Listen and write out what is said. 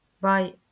Bye